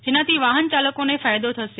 જેનાથી વાહનચાલકોને ફાયદો થશે